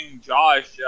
josh